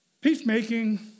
Peacemaking